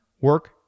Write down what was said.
work